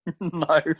no